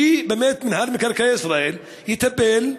שבאמת מינהל מקרקעי ישראל יטפל,